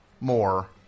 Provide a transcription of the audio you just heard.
more